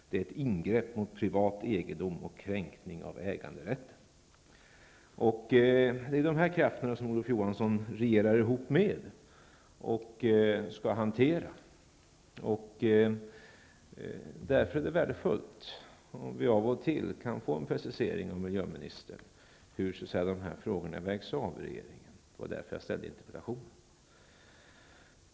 Det är ett ingrepp mot privat egendom och en kränkning av äganderätten.'' bDet är de krafterna som Olof Johansson regerar ihop med och skall hantera. Därför är det värdefullt, om vi av och till kan få en precisering av miljöministern hur de här frågorna så att säga vägs av i regeringen. Det var därför jag ställde interpellationen.